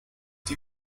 die